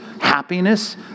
happiness